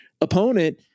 opponent